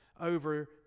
over